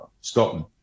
Scotland